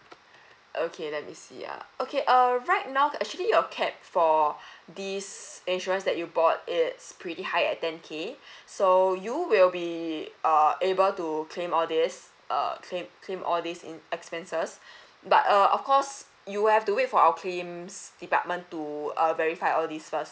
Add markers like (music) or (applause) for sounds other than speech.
okay let me see uh okay err right now actually your cap for (breath) this insurance that you bought it's pretty high at ten K (breath) so you will be err able to claim all these err clai~ claim all these in expenses (breath) but err of course you will have to wait for our claims department to err verify all these first